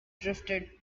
drifted